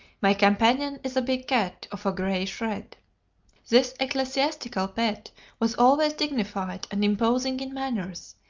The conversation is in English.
my companion is a big cat, of a greyish red this ecclesiastical pet was always dignified and imposing in manners,